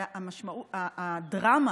והדרמה